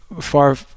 far –